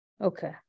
Okay